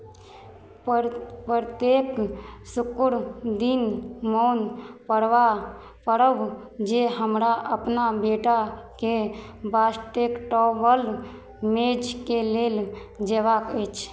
प्र प्रत्येक शुक्र दिन मोन पड़बा पड़ब जे हमरा अपना बेटाकेँ बास्टेक बॉल मैचके लेल जयबाक अछि